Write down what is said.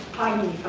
finally.